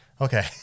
Okay